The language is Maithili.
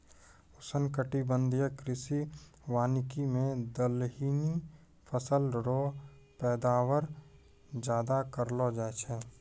उष्णकटिबंधीय कृषि वानिकी मे दलहनी फसल रो पैदावार ज्यादा करलो जाय छै